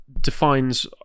defines